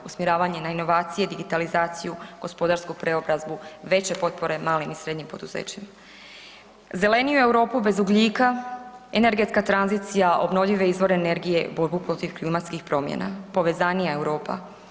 Usmjeravanje na inovacije, digitalizaciju, gospodarsku preobrazbu, veće potpore malim i srednjim poduzećima, zeleniju Europu bez ugljika, energetska tranzicija, obnovljive izvore energije, borbu protiv klimatskih promjena, povezanija Europa.